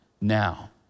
now